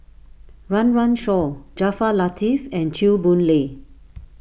Run Run Shaw Jaafar Latiff and Chew Boon Lay